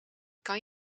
kan